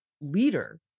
leader